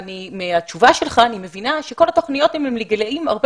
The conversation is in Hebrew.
מהתשובה שלך אני מבינה שכל התוכניות הן לגילאים הרבה